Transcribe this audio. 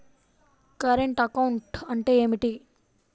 Current account అంటే ఏమిటి?